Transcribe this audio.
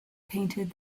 painted